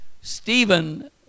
Stephen